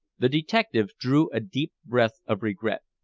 the detective drew a deep breath of regret.